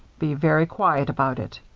be very quiet about it.